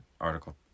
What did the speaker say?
article